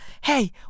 Hey